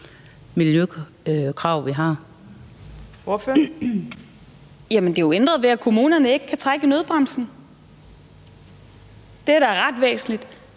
Stampe (RV): Jamen det er jo ændret ved, at kommunerne ikke kan trække i nødbremsen – det er da ret væsentligt